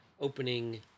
opening